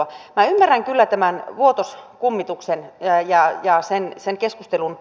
minä ymmärrän kyllä tämän vuotos kummituksen ja sen keskustelun